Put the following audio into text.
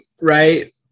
right